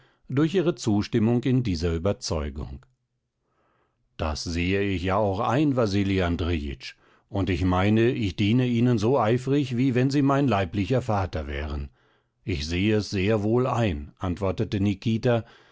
durch ihre zustimmung in dieser überzeugung das sehe ich ja auch ein wasili andrejitsch und ich meine ich diene ihnen so eifrig wie wenn sie mein leiblicher vater wären ich sehe es sehr wohl ein antwortete nikita